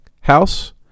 house